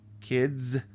Kids